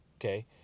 okay